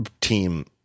team